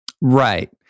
Right